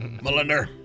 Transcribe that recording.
Melinda